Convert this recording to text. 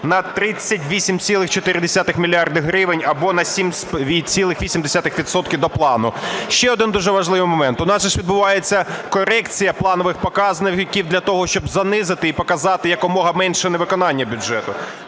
на 38,4 мільярди гривень або на 7,8 відсотків до плану. Ще один дуже важливий момент. У нас же ж відбувається корекція планових показників для того, щоб занизити і показати якомога менше невиконання бюджету.